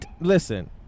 listen